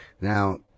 Now